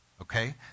okay